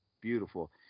Beautiful